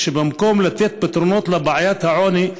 במקום לתת פתרונות לבעיית העוני,